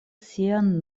sian